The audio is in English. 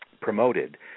promoted